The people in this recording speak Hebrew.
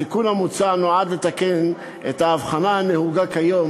התיקון המוצע נועד לתקן את ההבחנה הנהוגה כיום